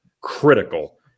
critical